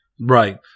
Right